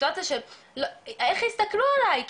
הסיטואציה של איך יסתכלו עליי,